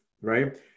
right